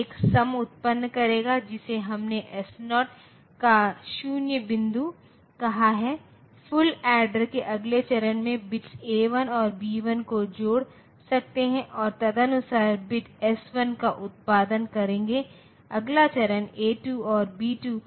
क्योंकि तब आपको अलग अलग ऐडर अलग सबट्रैक्टर नहीं रखना पड़ता है जबकि अन्य नंबर सिस्टम के लिए जैसे कि 1's कॉम्प्लीमेंट नंबर सिस्टम है आपका ऐडर सबट्रैक्टर मॉड्यूल अलग होना चाहिए